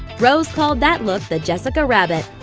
rose called that look the jessica rabbit.